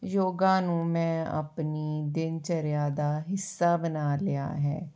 ਯੋਗਾ ਨੂੰ ਮੈਂ ਆਪਣੀ ਦਿਨਚਰਿਆ ਦਾ ਹਿੱਸਾ ਬਣਾ ਲਿਆ ਹੈ